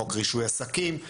חוק רישוי עסקים,